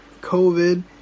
COVID